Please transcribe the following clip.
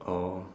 oh